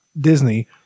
Disney